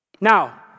Now